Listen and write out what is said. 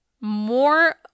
more